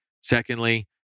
Secondly